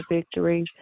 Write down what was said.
Victory